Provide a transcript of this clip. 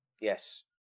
Yes